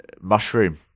Mushroom